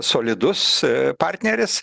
solidus partneris